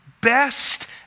best